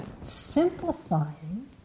simplifying